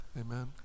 amen